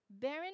Baron